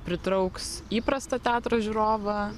pritrauks įprastą teatro žiūrovą